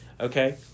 Okay